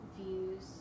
views